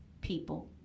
people